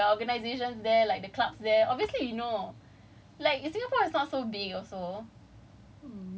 cause we have friends there where we know what's happening there we have ties with organisation like the clubs there obviously we know